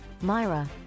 Myra